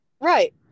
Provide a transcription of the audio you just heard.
Right